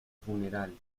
funeral